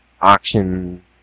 auction